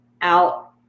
out